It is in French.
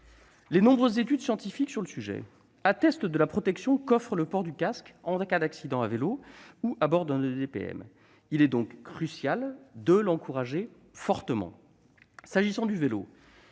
Les nombreuses études scientifiques sur le sujet attestent la protection qu'offre le port du casque en cas d'accident à vélo ou à bord d'un EDPM. Il est donc crucial de l'encourager fortement. S'agissant du vélo,